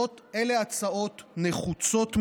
אלה הצעות נחוצות מאוד,